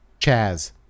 Chaz